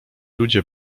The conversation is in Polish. ludzie